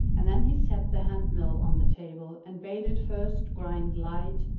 and then he set the hand-mill on the table, and bade it first grind light,